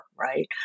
Right